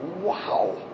Wow